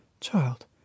Child